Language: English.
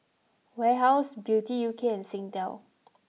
Warehouse Beauty U K and Singtel